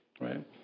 right